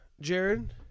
Jared